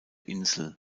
insel